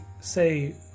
say